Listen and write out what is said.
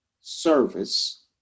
service